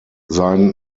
pseudonym